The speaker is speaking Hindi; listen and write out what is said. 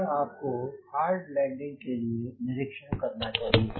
और आपको हार्ड लैंडिंग के लिए निरीक्षण करना चाहिए